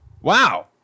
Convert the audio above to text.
wow